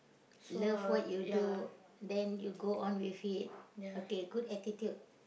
love what you do then you go on with it okay good attitude